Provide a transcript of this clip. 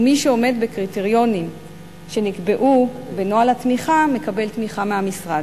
ומי שעומד בקריטריונים שנקבעו בנוהל התמיכה מקבל תמיכה מהמשרד.